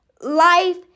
Life